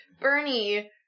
Bernie